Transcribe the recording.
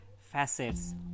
facets